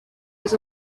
was